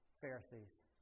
Pharisees